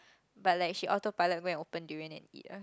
but like she auto-pilot go and open durian and eat ah